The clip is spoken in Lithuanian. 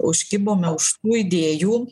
užkibome už tų idėjų